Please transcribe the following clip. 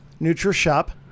Nutrishop